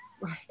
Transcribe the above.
Right